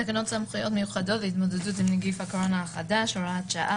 תקנות סמכויות מיוחדות להתמודדות עם נגיף הקורונה החדש (הוראת שעה)